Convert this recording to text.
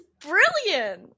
brilliant